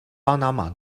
巴拿马